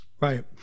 right